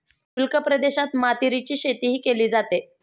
शुष्क प्रदेशात मातीरीची शेतीही केली जाते